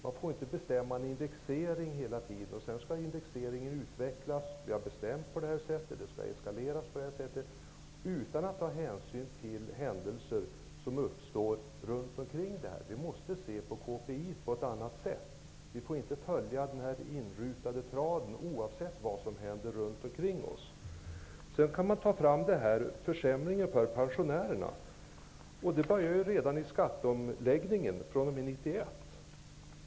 Man får inte hela tiden bestämma en indexering, som skall utvecklas, eskalera, som vi har bestämt utan att hänsyn tas till händelser runt omkring. Vi måste se på KBTI på ett annat sätt. Vi får alltså inte följa den inrutade traden utan hänsyn till vad som händer runt omkring oss. Sedan kan man peka på försämringen för pensionärerna. Den började redan vid skatteomläggningen och gäller alltså fr.o.m.1991.